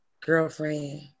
girlfriend